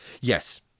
Yes